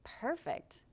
perfect